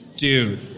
Dude